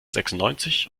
sechsundneunzig